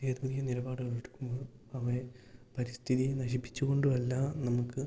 പുതിയ പുതിയ നിലപാടുകളെടുക്കുമ്പോൾ അവയെ പരിസ്ഥിതിയെ നശിപ്പിച്ചുകൊണ്ടല്ല നമുക്ക്